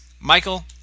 michael